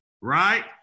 right